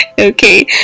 Okay